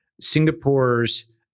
Singapore's